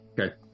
Okay